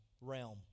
realm